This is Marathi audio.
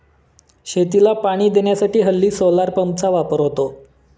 शेतीला पाणी देण्यासाठी हल्ली सोलार पंपचा वापर होतो